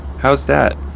how's that?